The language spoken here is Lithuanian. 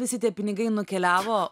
visi tie pinigai nukeliavo